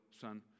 son